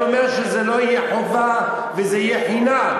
אבל אני אומר שזה לא יהיה חובה וזה יהיה חינם.